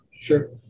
Sure